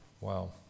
Wow